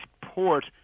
port